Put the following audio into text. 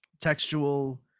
textual